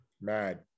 Mad